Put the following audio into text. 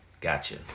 Gotcha